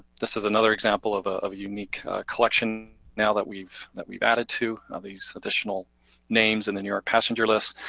this is another example of ah a unique collection now that we've that we've added to of these additional names and the new york passenger lists.